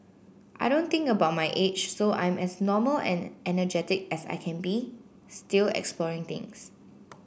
I don't think about my age so I'm as normal and energetic as I can be still exploring things